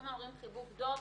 כל הזמן אומרים חיבוק דוב,